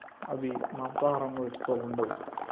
అవి మాంసాహారంలో ఎక్కువ ఉండవు